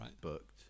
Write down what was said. booked